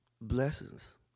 Blessings